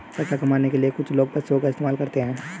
पैसा कमाने के लिए कुछ लोग पशुओं का इस्तेमाल करते हैं